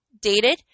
dated